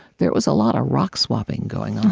there was a lot of rock-swapping going